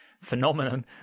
phenomenon